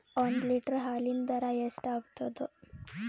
ಒಂದ್ ಲೀಟರ್ ಹಾಲಿನ ದರ ಎಷ್ಟ್ ಆಗತದ?